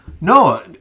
No